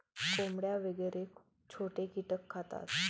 कोंबड्या वगैरे छोटे कीटक खातात